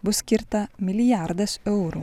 bus skirta milijardas eurų